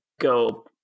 go